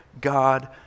God